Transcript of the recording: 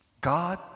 God